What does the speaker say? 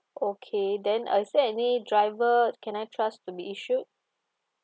okay then uh is there any driver can I trust to be issued